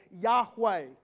Yahweh